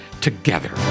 together